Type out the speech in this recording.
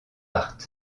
art